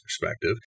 perspective